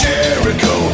Jericho